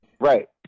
Right